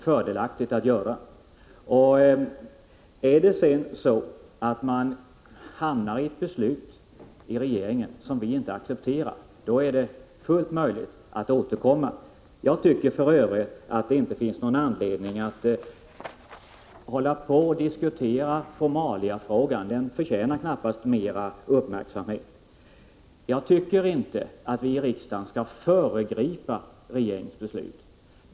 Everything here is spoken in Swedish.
Fattar regeringen sedan ett beslut som vi inte accepterar, är det fullt möjligt att återkomma. Jag tycker för övrigt att det inte finns någon anledning att hålla på och diskutera formaliafrågan. Den förtjänar knappast mera uppmärksamhet. Jag tycker inte att vi i riksdagen skall föregripa regeringens beslut.